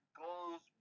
goals